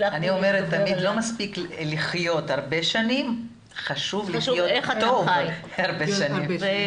אני אומרת שלא מספיק לחיות הרבה שנים אלא חשוב לחיות טוב הרבה שנים.